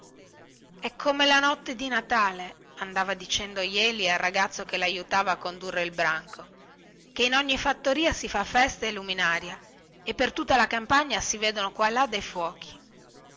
è come la notte di natale andava dicendo jeli al ragazzo che laiutava a condurre il branco che in ogni fattoria si fa festa e luminaria e per tutta la campagna si vedono qua e là dei fuochi